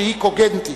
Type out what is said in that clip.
שהיא קוגנטית,